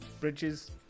Bridges